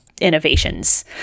innovations